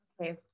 Okay